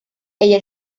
ella